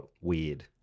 weird